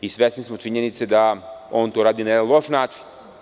I svesni smo činjenice da on to radi na jedna loš način.